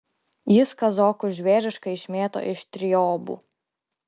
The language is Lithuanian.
jis kazokus žvėriškai išmėto iš triobų